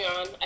on